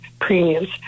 premiums